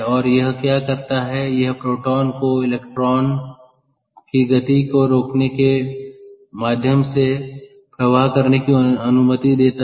और यह क्या करता है यह प्रोटॉन को इलेक्ट्रॉनों की गति को रोकने के माध्यम से प्रवाह करने की अनुमति देता है